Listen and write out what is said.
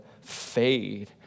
fade